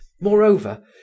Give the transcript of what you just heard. Moreover